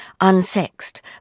unsexed